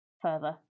further